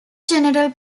general